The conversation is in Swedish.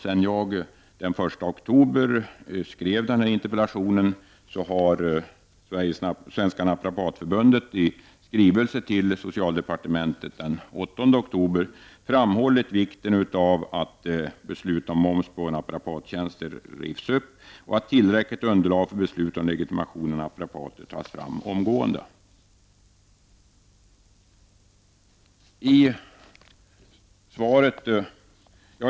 Sedan jag den 1 oktober skrev denna interpellation har Svenska Naprapatförbundet i skrivelse till socialdepartementet , den 8 oktober, framhållit vikten av att beslut om moms på naprapattjänster rivs upp och att tillräckligt underlag för beslut om legitimation för naprapater tas fram omgående.